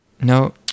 No